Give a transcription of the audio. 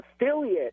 affiliate